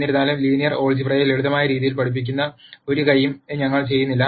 എന്നിരുന്നാലും ലീനിയർ ആൾജിബ്രയെ ലളിതമായ രീതിയിൽ പഠിപ്പിക്കുന്ന ഒരു കൈയും ഞങ്ങൾ ചെയ്യുന്നില്ല